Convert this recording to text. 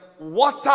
water